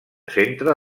centre